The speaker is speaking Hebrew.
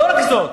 לא רק זאת,